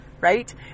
right